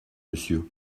monsieur